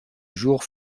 jour